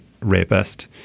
rapist